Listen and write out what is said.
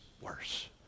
worse